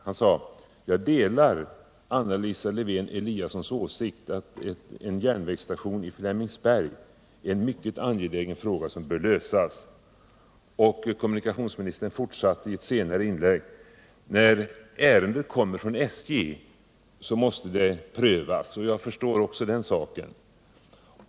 Han sade: ”Jag delar Anna Lisa Lewen-Eliassons åsikt att en järnvägsstation i Flemingsberg är en mycket angelägen fråga som bör lösas.” Kommuniktionsministern fortsatte i ett senare inlägg: ”När ärendet kommer från SJ måste det prövas.” Jag förstår också den saken.